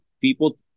people